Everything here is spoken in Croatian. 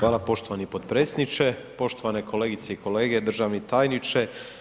Hvala poštovani potpredsjedniče, poštovane kolegice i kolege, državni tajniče.